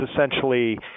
essentially